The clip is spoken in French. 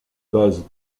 base